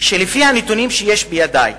שלפי הנתונים שיש בידי,